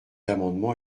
amendement